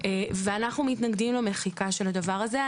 אנחנו מתנגדים למחיקה של הדבר הזה.